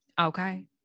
okay